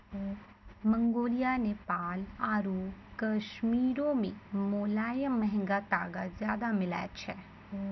Mongolia, Nepal आरु कश्मीरो मे मोलायम महंगा तागा ज्यादा मिलै छै